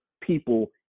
people